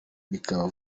bikaba